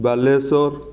Balasore